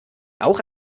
auch